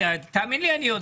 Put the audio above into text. תאמין לי, אני יודע.